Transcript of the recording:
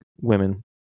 women